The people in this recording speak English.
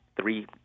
three